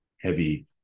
heavy